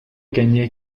gcoinne